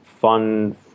fun